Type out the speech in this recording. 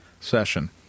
session